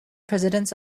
presidents